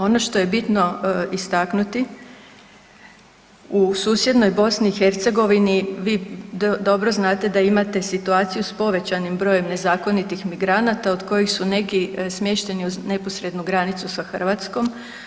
Ono što je bitno istaknuti u susjednoj Bosni i Hercegovini vi dobro znate da imate situaciju s povećanim brojem nezakonitih migranata od kojih su neki smješteni uz neposrednu granicu sa Hrvatskom.